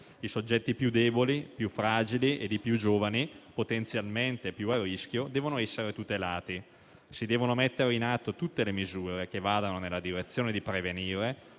I soggetti più deboli, più fragili e più giovani, potenzialmente più a rischio, devono essere tutelati. Si devono mettere in atto tutte le misure che vadano nella direzione di prevenire